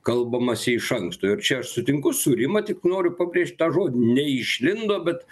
kalbamasi iš anksto ir čia aš sutinku su rima tik noriu pabrėžti tą žodį neišlindo bet